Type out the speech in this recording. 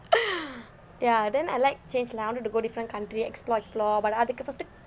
ya then I like change lah I want to go different country explore explore but அதுக்கு வந்து:athukku vanthu